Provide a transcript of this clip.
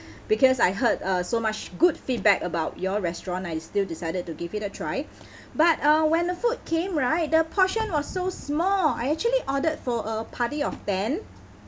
because I heard uh so much good feedback about your restaurant I still decided to give it a try but uh when the food came right the portion was so small I actually ordered for a party of ten